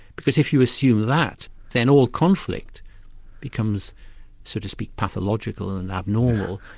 because if you assume that, then all conflict becomes so to speak, pathological and abnormal,